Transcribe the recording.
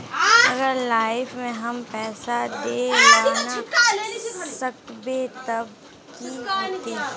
अगर लाइफ में हम पैसा दे ला ना सकबे तब की होते?